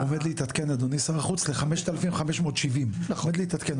עומד להתעדכן אדוני שר החוץ ל- 5,570 ₪.